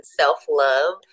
self-love